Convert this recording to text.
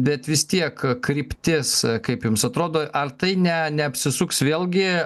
bet vis tiek kryptis kaip jums atrodo ar tai ne neapsisuks vėlgi